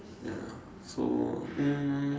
ya so um